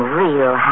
real